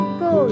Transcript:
go